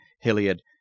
Hilliard